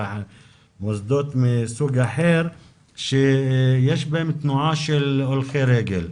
ומוסדות מסוג אחר שיש בסביבתם תנועה של הולכי רגל.